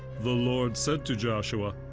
the lord said to joshua,